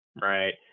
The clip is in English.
Right